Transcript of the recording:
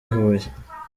huye